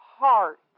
heart